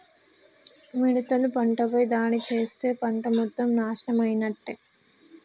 మిడతలు పంటపై దాడి చేస్తే పంట మొత్తం నాశనమైనట్టే